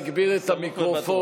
אנא להגביר את המיקרופון,